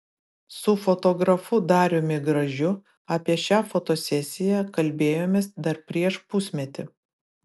su fotografu dariumi gražiu apie šią fotosesiją kalbėjomės dar prieš pusmetį